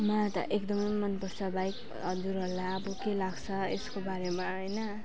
मलाई त एकदमै मन पर्छ बाइक हजुरहरूलाई अब के लाग्छ यसको बारेमा हैन